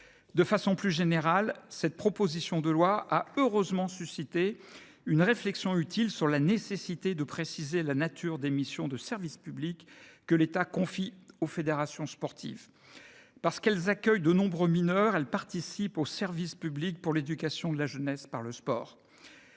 De manière plus générale, cette proposition de loi a heureusement suscité une réflexion utile quant à la nécessité de préciser la nature des missions de service public confiées par l’État aux fédérations sportives. Parce qu’elles accueillent de nombreux mineurs, les fédérations participent au service public pour l’éducation de la jeunesse par le sport.